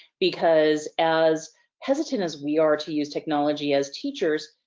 because, as hesitant as we are to use technology as teachers,